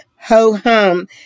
ho-hum